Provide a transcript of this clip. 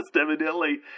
evidently